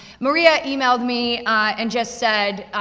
maria emailed me and just said,